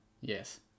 Yes